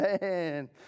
man